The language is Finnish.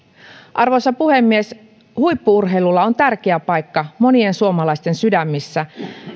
arvoisa puhemies huippu urheilulla on tärkeä paikka monien suomalaisten sydämissä